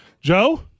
Joe